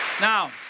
Now